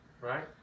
Right